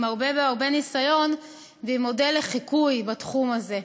היא עם הרבה ניסיון והיא מודל לחיקוי בתחום הזה.